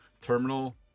terminal